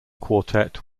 quartet